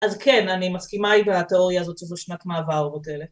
אז כן, אני מסכימה איתה שהתיאוריה הזאת זו שנת מעבר וכאלה.